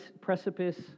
precipice